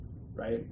Right